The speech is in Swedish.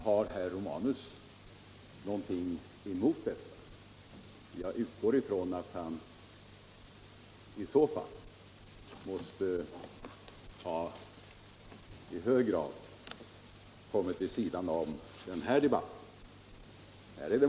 Har herr Romanus någonting emot detta? I så fall måste han i hög grad ha kommit vid sidan av den här debatten.